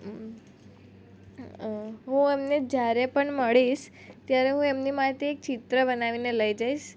હું એમને જ્યારે પણ મળીશ ત્યારે હું એમની માટે એક ચિત્ર બનાવીને લઈ જઈશ